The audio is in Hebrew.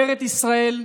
בארץ ישראל,